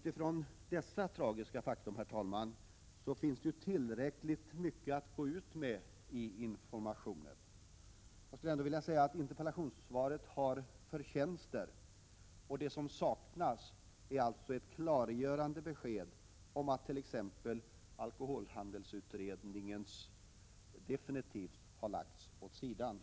Utifrån dessa tragiska fakta, herr talman, finns det tillräckligt mycket att ta fasta på beträffande informationen. Jag skulle ändå vilja säga att interpellationssvaret har förtjänster. Det som saknas är ett klargörande besked om att t.ex. alkoholhandelsutredningen definitivt har lagts åt sidan.